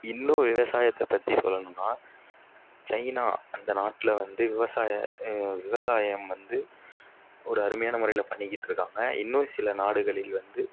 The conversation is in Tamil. இன்னும் விவசாயத்தை பற்றி சொல்லணும்னால் சைனா அந்த நாட்டில் வந்து விவசாய விவசாயம் வந்து ஒரு அருமையான முறையில் பண்ணிக்கிட்டு இருக்காங்க இன்னும் சில நாடுகளில் வந்து